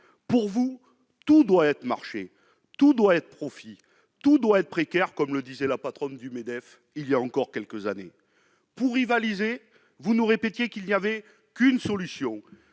Pour vous, tout doit être marché, tout doit être profit, tout doit être précaire, comme le disait la patronne du Medef il y a quelques années. Pour rivaliser avec les autres pays, vous nous répétiez qu'il n'y avait qu'une solution